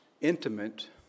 intimate